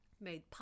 made